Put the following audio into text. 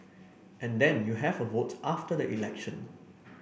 and then you have a vote after the election